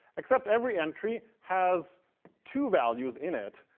except every entry has two values in it,